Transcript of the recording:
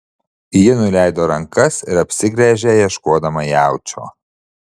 ji nuleido rankas ir apsigręžė ieškodama jaučio